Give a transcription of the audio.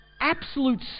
absolute